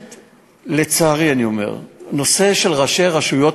לצערי, הנושא של ראשי רשויות